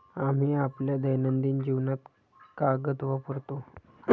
आम्ही आपल्या दैनंदिन जीवनात कागद वापरतो